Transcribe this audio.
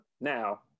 Now